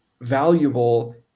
valuable